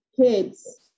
kids